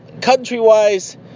Country-wise